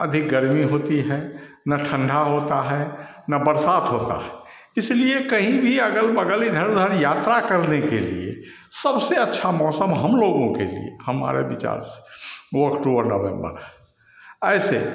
अधिक गर्मी होती है न ठण्डा होता है न बरसात होती है इसलिए कहीं भी अगल बगल इधर उधर यात्रा करने के लिए सबसे अच्छा मौसम हमलोगों के लिए हमारे विचार से वह अक्टूबर नवम्बर है ऐसे